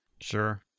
Sure